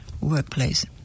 workplace